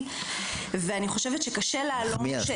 ואני חושבת שקשה להלום --- נחמיאס,